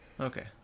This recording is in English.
Okay